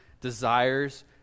desires